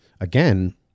again